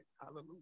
Hallelujah